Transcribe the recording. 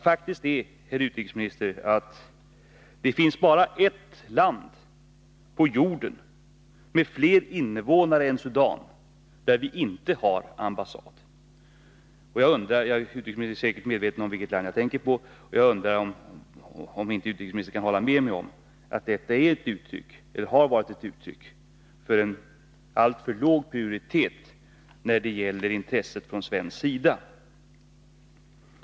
Faktum är, herr utrikesminister, att det finns bara ett land på jorden med fler invånare än Sudan där vi inte har ambassad — utrikesministern vet säkert vilket land jag åsyftar — och jag undrar om inte utrikesministern kan hålla med mig om att detta har varit ett uttryck för en alltför låg prioritet när det gäller intresset från svensk sida för Sudan.